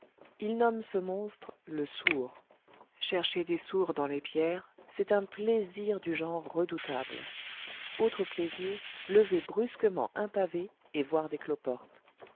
il nomme ce monstre le sourd chercher des sourds dans les pierres c'est un plaisir du genre redoutable autre plaisir lever brusquement un pavé et voir des cloportes